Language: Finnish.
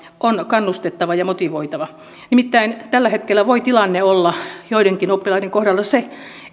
on kannustettava ja motivoitava nimittäin tällä hetkellä voi tilanne olla joidenkin oppilaiden kohdalla se